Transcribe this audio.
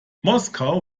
moskau